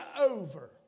over